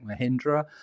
mahindra